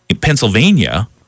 Pennsylvania